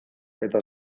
eta